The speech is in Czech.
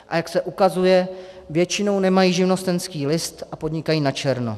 A jak se ukazuje, většinou nemají živnostenský list a podnikají načerno.